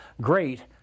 great